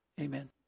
Amen